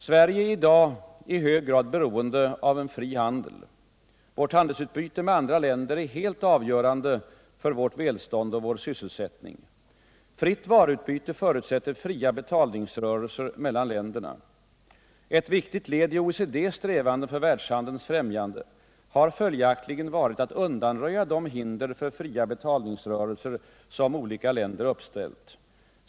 Sverige är i hög grad beroende av en fri handel. Vårt handelsutbyte med andra länder är helt avgörande för vårt välstånd och vår sysselsättning. Fritt varuutbyte förutsätter fria betalningsrörelser mellan länderna. Ett viktigt led i OECD:s strävanden för världshandelns främjande har följaktligen varit att undanröja de' hinder för fria betalningsrörelser som olika länder uppställt.